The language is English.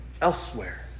elsewhere